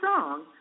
song